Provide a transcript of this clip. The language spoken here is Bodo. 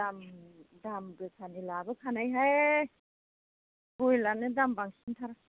दाम गोसानि लाबोखानायहाय रयेल नियानो दाम बांसिनथार